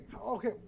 Okay